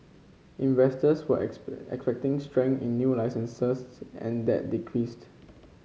investors were expecting strength in new licences and that decreased